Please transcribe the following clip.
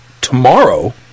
tomorrow